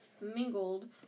mingled